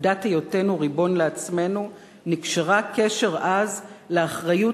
עובדת היותנו ריבון לעצמנו נקשרה קשר עז לאחריות